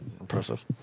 impressive